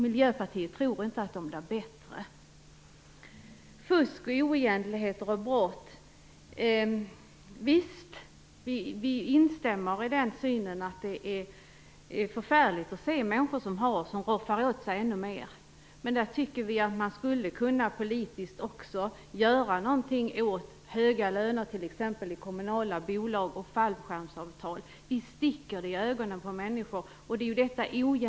Miljöpartiet tror inte att det blir bättre. Det talades om fusk, oegentligheter och brott. Vi instämmer i att det är förfärligt att se människor som har roffa åt sig ännu mer. Vi tycker att man politiskt skulle kunna göra någonting åt t.ex. höga löner i kommunala bolag och fallskärmsavtal. Visst sticker det i ögonen på människor.